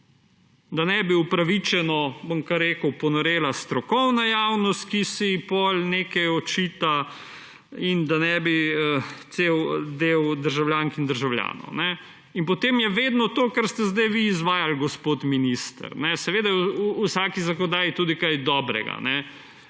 Da ne bi upravičeno, bom kar rekel, ponorela strokovna javnost, ki se ji potem nekaj očita, in da ne bi cel del državljank in državljanov. In potem je vedno to, kar ste zdaj vi izvajali, gospod minister. Seveda je v vsaki zakonodaji tudi kaj dobrega